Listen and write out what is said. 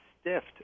stiffed